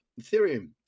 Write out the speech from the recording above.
Ethereum